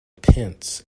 pence